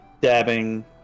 Dabbing